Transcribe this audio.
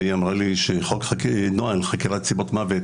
והיא אמרה לי שנוהל חקירת סיבות מוות